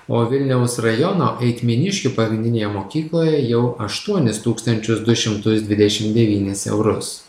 o vilniaus rajono eitminiškių pagrindinėje mokykloje jau aštuonis tūkstančius du šimtus dvidešim devynis eurus